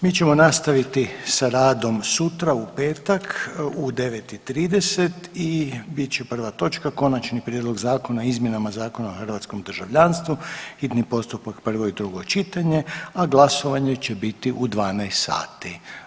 Mi ćemo nastaviti sa radom sutra u petak u 9 i 30 i bit će prva točka Konačni prijedlog zakona o izmjenama Zakona o hrvatskom državljanstvu, hitni postupak, prvo i drugo čitanje, a glasovanje će biti u 12 sati.